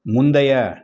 முந்தைய